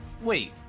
wait